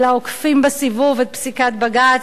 אלא עוקפים בסיבוב את פסיקת בג"ץ.